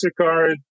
MasterCard